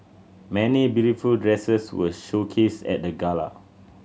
many beautiful dresses were showcased at the gala